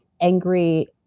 angry